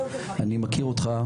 אני מכיר אותך.